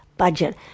budget